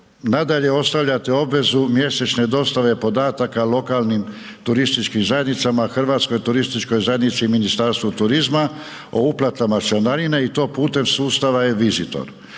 nadalje ostavljate obvezu mjesečne dostave podataka lokalnim turističkim zajednicama, Hrvatskoj turističkoj zajednici i Ministarstvu turizma o uplatama članarine i to putem sustava eVisitor.